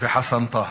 ומוחסן טאהא.